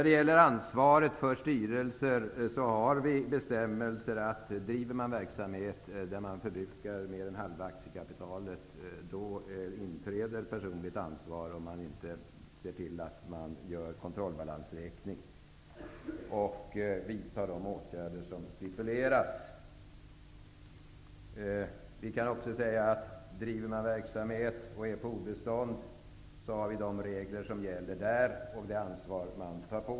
Det finns bestämmelser som innebär att personligt ansvar inträder för styrelseledamöter då mer än halva aktiekapitalet förbrukats, om inte kontrollbalansräkning görs och stipulerade åtgärder vidtas. För den som driver verksamhet och är på obestånd finns också regler om ansvaret.